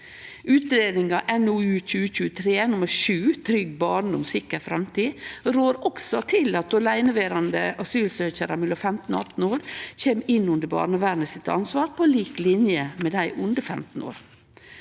Utgreiinga NOU 2023: 7, Trygg barndom, sikker fremtid, rår også til at åleineverande asylsøkjarar mellom 15 og 18 år kjem inn under barnevernet sitt ansvar, på lik linje med dei under 15 år.